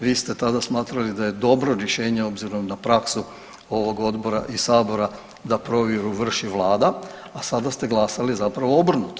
Vi ste tada smatrali da je dobro rješenje obzirom na praksu ovog odbora i Sabora da provjeru vrši Vlada, a sada ste glasali zapravo obrnuto.